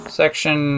section